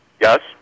Yes